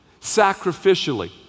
Sacrificially